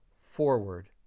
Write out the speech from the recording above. forward